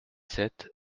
sept